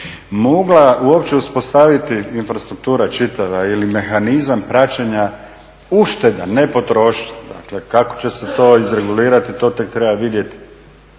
mogla uopće uspostaviti infrastruktura čitava ili mehanizam praćenja ušteda ne potrošnje, dakle kako će se to izregulirati to tek treba vidjeti.